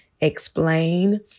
explain